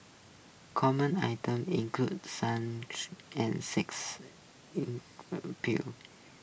common items included sun and sex pills